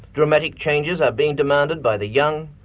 dramatic changes are being demanded by the young,